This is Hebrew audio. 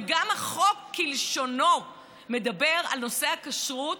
וגם החוק כלשונו מדבר על נושא הכשרות,